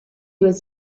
was